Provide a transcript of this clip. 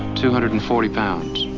two hundred and forty pounds.